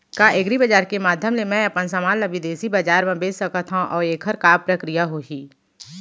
का एग्रीबजार के माधयम ले मैं अपन समान ला बिदेसी बजार मा बेच सकत हव अऊ एखर का प्रक्रिया होही?